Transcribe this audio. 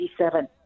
1987